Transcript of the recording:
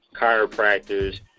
chiropractors